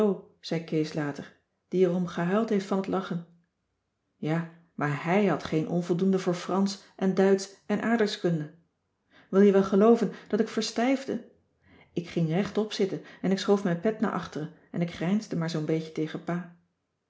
zei kees later die er om gehuild heeft van t lachen ja maar hij had geen onvoldoende voor fransch en duitsch en aardrijkskunde wil je wel gelooven dat ik verstijfde ik ging rechtop zitten en ik schoof mijn pet naar achteren en ik grijnsde maar zoo'n beetje tegen pa